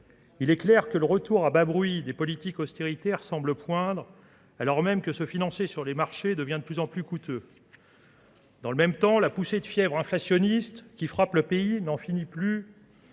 Il est clair que le retour à bas bruit des politiques austéritaires semble poindre alors même que se financer sur les marchés devient de plus en plus coûteux. Dans le même temps, la poussée de fièvre inflationniste qui frappe le pays n'en finit plus